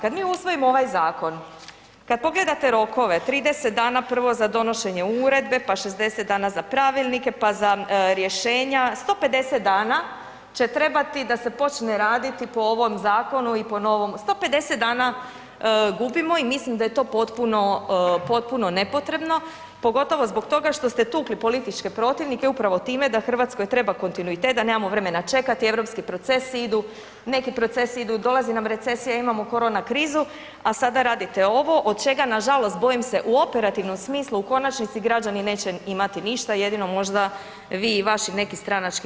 Kad mi usvojimo ovaj zakon, kad pogledate rokove 30 dana prvo za donošenje uredbe, pa 60 dana za pravilnike, pa za rješenja, 150 dana će trebati da se počne raditi po ovom zakonu i po novom, 150 dana gubimo i mislim da je to potpuno, potpuno nepotrebno, pogotovo zbog toga što ste tukli političke protivnike upravo time da RH treba kontinuitet, da nemamo vremena čekati, europski procesi idu, neki procesi idu, dolazi nam recesija, imamo korona krizu, a sada radite ovo, od čega nažalost bojim se u operativnom smislu u konačnici građani neće imati ništa, jedino možda vi i vaši neki stranački prvaci.